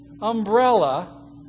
umbrella